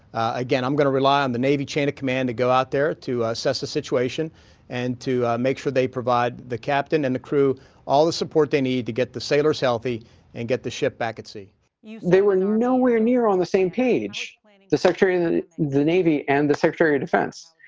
again, i'm going to rely on the navy chain of command to go out there to ah assess the situation and to make sure they provide the captain and the crew all the support they need to get the sailors healthy and get the ship back at sea yeah they were nowhere near on the same page. the the secretary of the the navy and the secretary of defense.